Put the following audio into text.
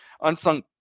Unsung